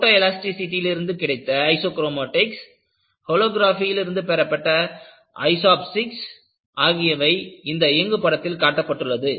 photo elasticity யிலிருந்து கிடைத்த isochromatics ஹோலோகிராபியில் இருந்து பெறப்பட்ட ஐசோப்சிக்ஸ் ஆகியவை இந்த இயங்கு படத்தில் காட்டப்பட்டுள்ளது